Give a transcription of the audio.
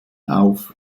auf